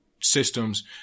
systems